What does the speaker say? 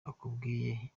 akubwiye